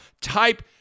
Type